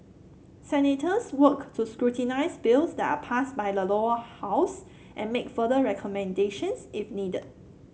senators work to scrutinise bills that are passed by the Lower House and make further recommendations if needed